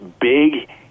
big